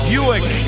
Buick